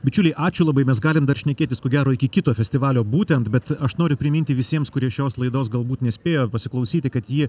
bičiuliai ačiū labai mes galim dar šnekėtis ko gero iki kito festivalio būtent bet aš noriu priminti visiems kurie šios laidos galbūt nespėjo pasiklausyti kad ji